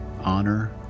honor